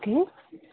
hello